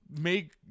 make